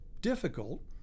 difficult